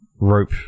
rope